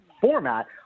format